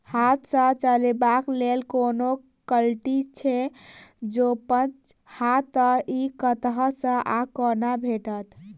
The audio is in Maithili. हाथ सऽ चलेबाक लेल कोनों कल्टी छै, जौंपच हाँ तऽ, इ कतह सऽ आ कोना भेटत?